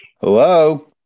Hello